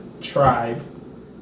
Tribe